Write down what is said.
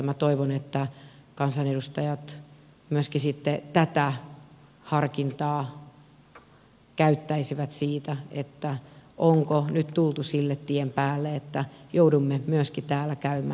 minä toivon että kansanedustajat myöskin tätä harkintaa käyttäisivät siinä onko nyt tultu sen tien päälle että joudumme myöskin täällä käymään